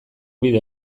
bide